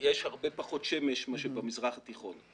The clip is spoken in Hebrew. יש הרבה פחות שמש מאשר במזרח התיכון.